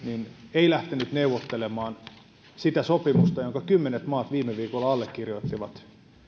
lähtenyt neuvottelemaan siitä sopimuksesta jonka kymmenet maat viime viikolla allekirjoittivat